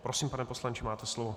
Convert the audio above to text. Prosím, pane poslanče, máte slovo.